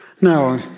Now